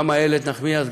גם איילת נחמיאס,